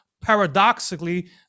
paradoxically